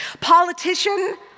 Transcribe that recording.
Politician